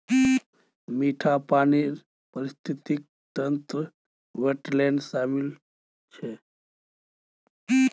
मीठा पानीर पारिस्थितिक तंत्रत वेट्लैन्ड शामिल छ